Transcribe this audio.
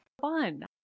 fun